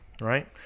right